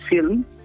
film